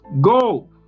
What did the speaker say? go